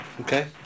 Okay